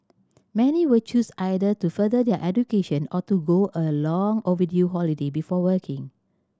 many will choose either to further their education or to go a long overdue holiday before working